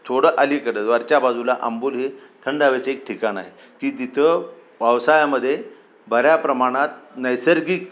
थोडं अलीकडं वरच्या बाजूला अंबोली हे थंड हवेचं एक ठिकाण आहे की तिथं पावसाळ्यामध्ये बऱ्या प्रमाणात नैसर्गिक